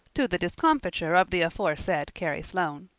to the discomfiture of the aforesaid carrie sloane.